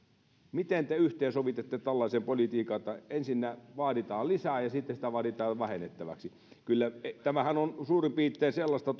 miten te yhteensovitatte tällaisen politiikan että ensinnä vaaditaan lisää ja sitten sitä vaaditaan vähennettäväksi tämähän on suurin piirtein sellaista